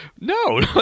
No